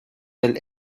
del